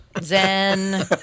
Zen